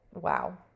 Wow